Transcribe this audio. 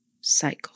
cycle